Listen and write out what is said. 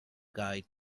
guide